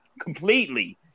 completely